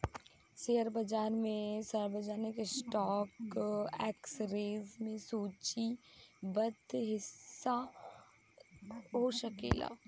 share बाजार में सार्वजनिक स्टॉक एक्सचेंज में सूचीबद्ध हिस्सा हो सकेला